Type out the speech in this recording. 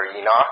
Enoch